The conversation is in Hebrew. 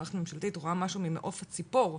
מערכת ממשלתית רואה משהו ממעוף הציפור,